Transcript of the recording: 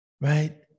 right